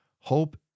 Hope